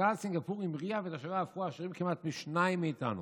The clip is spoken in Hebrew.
כלכלת סינגפור המריאה ותושביה הפכו עשירים כמעט פי שניים מאיתנו.